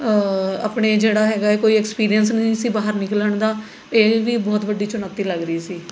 ਆਪਣੇ ਜਿਹੜਾ ਹੈਗਾ ਹੈ ਕੋਈ ਐਕਸਪੀਰੀਐਂਸ ਨਹੀਂ ਸੀ ਬਾਹਰ ਨਿਕਲਣ ਦਾ ਇਹ ਵੀ ਬਹੁਤ ਵੱਡੀ ਚੁਣੌਤੀ ਲੱਗ ਰਹੀ ਸੀ